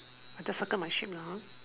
I just circle my sheep lah hor